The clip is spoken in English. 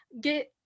get